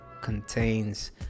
contains